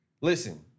Listen